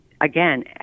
again